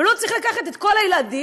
ולא צריך לקחת את כל הילדים,